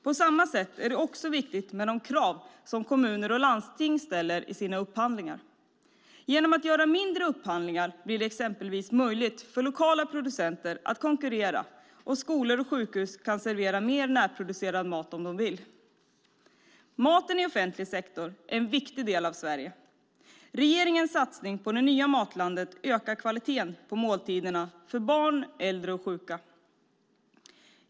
På samma sätt är det också viktigt med de krav som kommuner och landsting ställer i sina upphandlingar. Genom att göra mindre upphandlingar blir det exempelvis möjligt för lokala producenter att konkurrera, och skolor och sjukhus kan servera mer närproducerad mat om de vill. Maten i offentlig sektor är en viktig del av Sverige. Regeringens satsning på det nya matlandet ökar kvaliteten på måltiderna för barn, äldre och sjuka.